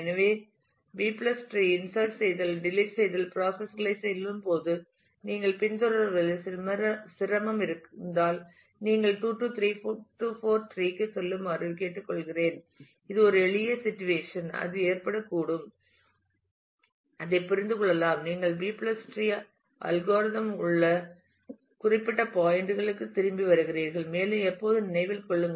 எனவே B tree treeஇன் insert செய்தல் டெலிட் செய்தல் பிராசஸ் களைச் சோல்லும்போது நீங்கள் பின்தொடர்வதில் சிரமம் இருந்தால் நீங்கள் 2 3 4 டிரீக்கு செல்லுமாறு கேட்டுக்கொள்கிறேன் இது ஒரு எளிய சிட்டுவேஷன் அது ஏற்படக்கூடும் அதைப் புரிந்து கொள்ளலாம் நீங்கள் B ட்ரீ B tree அல்காரிதத்தில் உள்ள குறிப்பிட்ட பாயின்ட் களுக்கு திரும்பி வருகிறீர்கள் மேலும் எப்போதும் நினைவில் கொள்ளுங்கள்